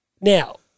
Now